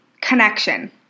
connection